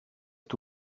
est